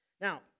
Now